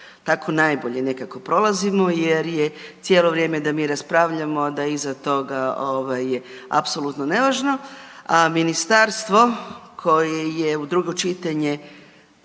tako najbolje nekako prolazimo jer je cijelo vrijeme da mi raspravljamo, a da iza toga je apsolutno nevažno, a ministarstvo koje je u drugo čitanje